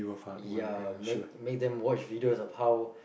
ya make make them watch videos of how